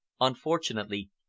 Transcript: Unfortunately